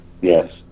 Yes